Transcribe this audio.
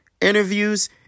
interviews